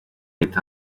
leta